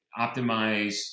optimize